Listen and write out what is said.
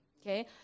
okay